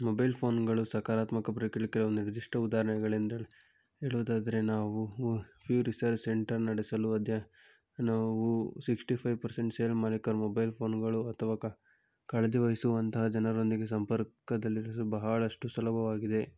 mobile ಫೋನ್ಗಳು ಸಕಾರಾತ್ಮಕ ಪ್ರಕೃತಿಯ ಒಂದು ನಿರ್ದಿಷ್ಟ ಉದಾಹರಣೆಗಳೆಂದು ಹೇಳುವುದಾದರೆ ನಾವು ಫ್ರೀ ರಿಸರ್ಚ್ ಸೆಂಟರ್ ನಡೆಸಲು ಅದೇ ನಾವು ಸಿಕ್ಸ್ಟಿ ಫೈವ್ ಪರ್ಸೆಂಟ್ ಸೇಲ್ ಮಾಲೀಕರ್ ಮೊಬೈಲ್ ಫೋನುಗಳು ಅಥವಾ ಕಾಳಜಿ ವಹಿಸುವಂತಹ ಜನರೊಂದಿಗೆ ಸಂಪರ್ಕದಲ್ಲಿರಲು ಬಹಳಷ್ಟು ಸುಲಭವಾಗಿದೆ